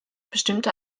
bestimmte